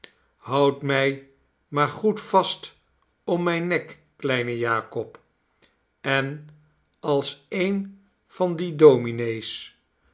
houd mij maar goed vast om m'y'n nek kleine jakob en als een van die domind's